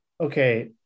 okay